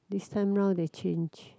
this time round they change